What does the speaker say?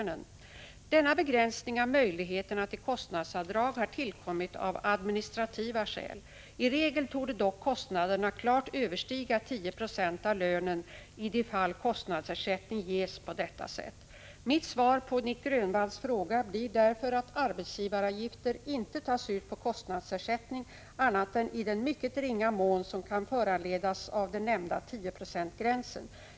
a rg KEATDESStver: RE ö /; avgift uttas på kost Denna begränsning av möjligheterna till kostnadsavdrag har tillkommit av Hal nadsersättning administrativa skäl. I regel torde dock kostnaderna klart överstiga 10 90 av lönen i de fall kostnadsersättning ges på detta sätt. Mitt svar på Nic Grönvalls fråga blir därför att arbetsgivaravgifter inte tas ut på kostnadsersättning annat än i den mycket ringa mån som kan föranledas av den nämnda tioprocentsgränsen.